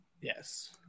Yes